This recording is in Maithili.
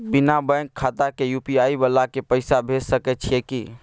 बिना बैंक खाता के यु.पी.आई वाला के पैसा भेज सकै छिए की?